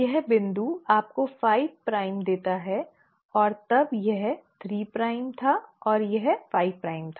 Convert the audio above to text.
यह बिंदु आपको 5 प्राइम देता है और तब यह 3 प्राइम था और फिर यह 5 प्राइम था